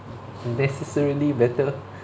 necessarily better